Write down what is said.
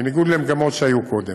בניגוד למגמות שהיו קודם.